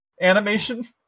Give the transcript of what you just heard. animation